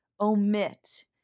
omit